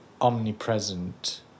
omnipresent